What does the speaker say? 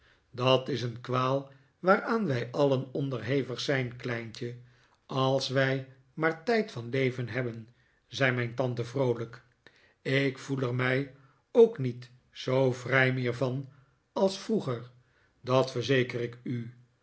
dat is een kwaal waaraan wij alien onderhevig zijn kleintje als wij maar tijd van leven hebben zei mijn tante vroolijk ik voel er mij ook niet zoo vrij meer van als vroeger dat verzeker ik u